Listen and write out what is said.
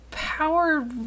Power